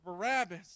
barabbas